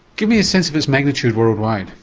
give me a sense of its magnitude worldwide.